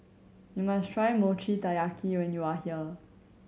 you must try Mochi Taiyaki when you are here